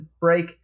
break